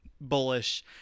bullish